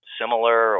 similar